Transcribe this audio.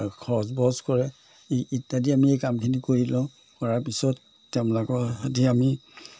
খৰচ বৰছ কৰে এই ইত্যাদি আমি এই কামখিনি কৰি লওঁ কৰাৰ পিছত তেওঁলোকৰ সৈতে আমি